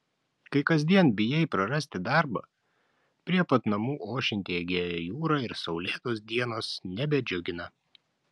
kai kasdien bijai prarasti darbą prie pat namų ošianti egėjo jūra ir saulėtos dienos nebedžiugina